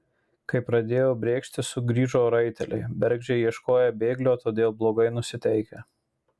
kai pradėjo brėkšti sugrįžo raiteliai bergždžiai ieškoję bėglio todėl blogai nusiteikę